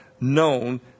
known